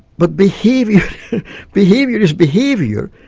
but behaviour behaviour is behaviour.